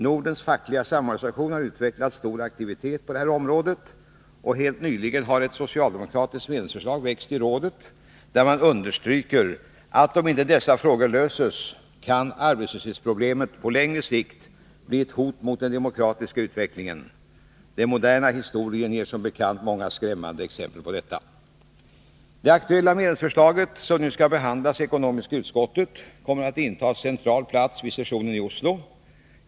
Nordens fackliga samorganisation har utvecklat stor aktivitet på detta område, och helt nyligen har ett socialdemokratiskt medlemsförslag väckts i rådet, där man understryker att om inte dessa frågor löses, kan arbetslöshetsproblemet på längre sikt bli ett hot mot den demokratiska utvecklingen. Den moderna historien ger som bekant många skrämmande exempel på detta. Det aktuella medlemsförslaget, som nu skall behandlas i ekonomiska utskottet, kommer att inta en central plats vid sessionen i Oslo.